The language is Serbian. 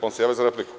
On se javio za repliku.